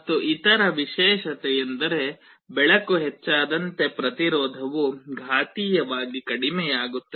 ಮತ್ತು ಇತರ ಆಸ್ತಿಯೆಂದರೆ ಬೆಳಕು ಹೆಚ್ಚಾದಂತೆ ಪ್ರತಿರೋಧವು ಘಾತೀಯವಾಗಿ ಕಡಿಮೆಯಾಗುತ್ತದೆ